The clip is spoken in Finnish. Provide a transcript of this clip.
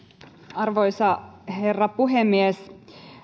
arvoisa herra puhemies